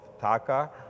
Taka